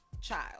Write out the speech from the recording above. child